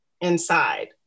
inside